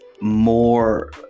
more